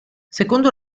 secondo